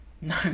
No